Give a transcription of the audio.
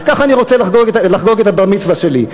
וככה אני רוצה לחגוג את הבר-מצווה שלי.